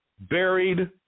buried